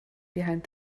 behind